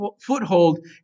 foothold